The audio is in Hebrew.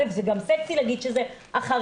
זה גם סקסי להגיד שזה החרדים,